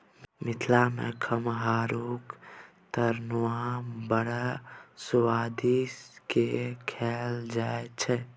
मिथिला मे खमहाउरक तरुआ बड़ सुआदि केँ खाएल जाइ छै